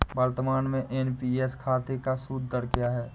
वर्तमान में एन.पी.एस खाते का सूद दर क्या है?